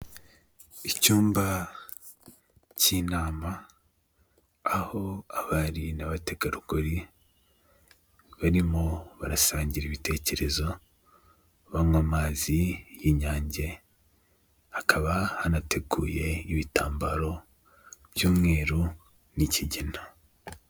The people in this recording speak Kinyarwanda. Icyumba cy'inama aho abari n'abategarugori barimo barasangira ibitekerezo banywa amazi y'inyange, hakaba hanateguye ibitambaro by'umweru n'ikigina.